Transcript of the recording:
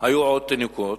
עוד היו תינוקות,